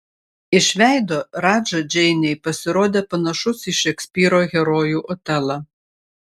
iš veido radža džeinei pasirodė panašus į šekspyro herojų otelą